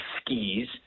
skis